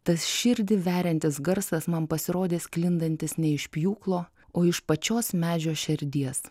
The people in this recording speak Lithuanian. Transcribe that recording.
tas širdį veriantis garsas man pasirodė sklindantis ne iš pjūklo o iš pačios medžio šerdies